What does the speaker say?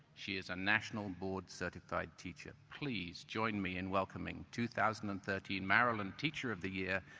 she is a national board certified teacher. please join me in welcoming two thousand and thirteen maryland teacher of the year,